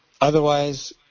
Otherwise